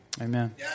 Amen